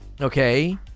Okay